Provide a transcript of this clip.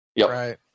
right